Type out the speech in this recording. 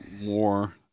more